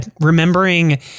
Remembering